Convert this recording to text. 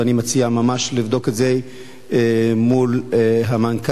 ואני מציע ממש לבדוק את זה מול המנכ"ל.